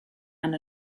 and